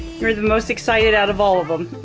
you're the most excited out of all of them